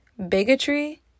Bigotry